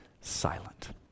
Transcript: silent